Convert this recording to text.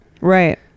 right